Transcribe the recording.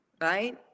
right